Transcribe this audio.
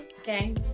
okay